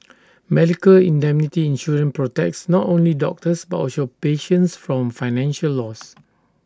medical indemnity insurance protects not only doctors but also patients from financial loss